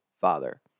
Father